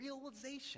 realization